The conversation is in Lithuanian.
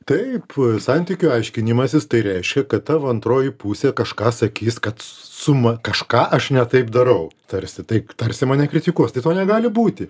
taip santykių aiškinimasis tai reiškia kad tavo antroji pusė kažką sakys kad suma kažką aš ne taip darau tarsi tai tarsi mane kritikuos tai to negali būti